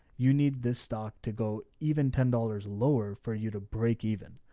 you need this stock to go even ten dollars lower for you to break even.